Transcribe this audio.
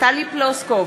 טלי פלוסקוב,